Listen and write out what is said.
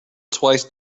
twice